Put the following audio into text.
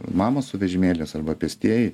mamos su vežimėliais arba pėstieji